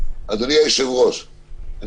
אדוני היושב-ראש,